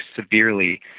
severely